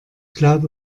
glaube